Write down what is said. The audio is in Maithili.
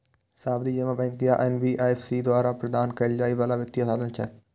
सावधि जमा बैंक या एन.बी.एफ.सी द्वारा प्रदान कैल जाइ बला वित्तीय साधन छियै